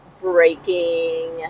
breaking